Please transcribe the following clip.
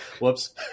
whoops